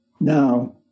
Now